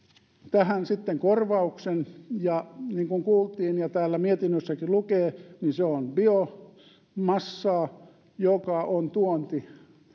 tähän sitten korvauksen ja niin kuin kuultiin ja täällä mietinnössäkin lukee se on biomassa joka on